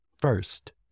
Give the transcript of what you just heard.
First